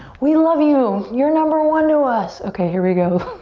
we love you! you're number one to us! okay, here we go.